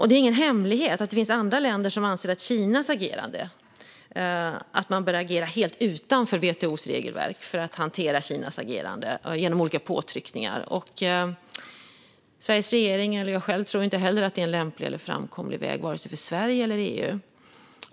Det är ingen hemlighet att det finns andra länder som anser att man bör agera helt utanför WTO:s regelverk för att hantera Kinas agerande genom olika påtryckningar. Sveriges regering och jag själv tror dock inte att detta är en lämplig eller framkomlig väg vare sig för Sverige eller EU.